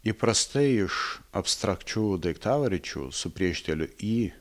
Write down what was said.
įprastai iš abstrakčių daiktavardžių su priešdėliu į